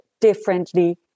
differently